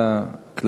זה הכללים.